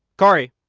cari!